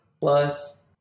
plus